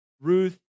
Ruth